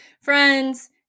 friends